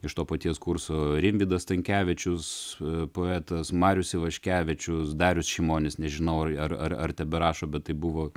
iš to paties kurso rimvydas stankevičius poetas marius ivaškevičius darius šimonis nežinau ar ar ar teberašo bet tai buvo